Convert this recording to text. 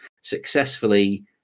successfully